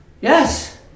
Yes